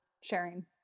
sharing